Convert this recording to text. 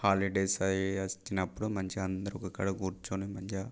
holidays అయ్యి వచ్చినప్పుడు మంచిగా అందరూ ఒకకాడ కూర్చొని మంచిగా